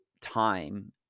time